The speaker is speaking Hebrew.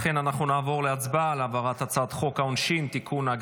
אנחנו נעבור להצבעה על העברת הצעת חוק העונשין (תיקון,